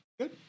Good